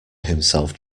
himself